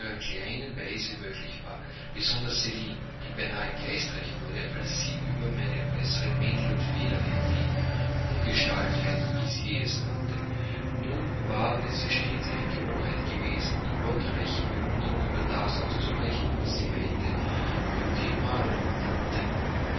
möglich war besonders celine die beinahe geistreich wurde als sie über meine äußeren mängel und fehler herfiel ungestaltheit wie sie es nannte nun war es stets ihre gewohnheit gewesen in wortreiche bewunderung über das auszubrechen was sie meine beaut mle nannte